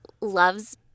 loves